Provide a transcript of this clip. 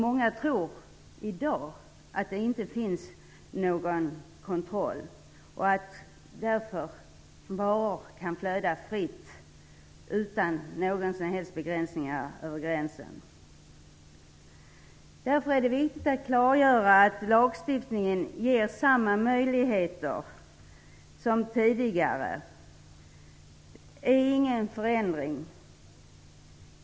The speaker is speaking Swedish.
Många tror i dag att det inte finns någon kontroll, och att varor därför kan flöda fritt över gränsen utan några som helst begränsningar. Därför är det viktigt att klargöra att lagstiftningen ger samma möjligheter som tidigare. Det är ingen förändring.